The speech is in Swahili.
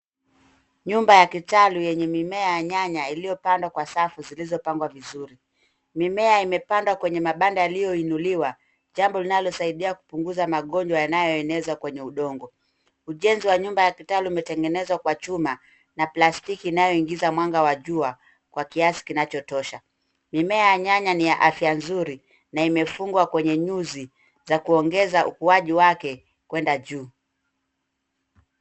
Nyumba ya kitalu yenye mimea ya nyanya iliyopandwa kwa safu zilizopangwa vizuri. Mimea imepandwa kwenye mabanda yaliyoinuliwa, jambo linalosaidia kupunguza magonjwa yanayoenezwa kwenye udongo. Ujenzi wa nyumba ya kitalu umetengenezwa kwa chuma na plastiki inayoingiza mwanga wa jua kwa kiasi kinachotosha. Mimea ya nyanya ni ya afya nzuri na imefungwa kwenye nyuzi za kuongeza ukuaji wake kwenda juu.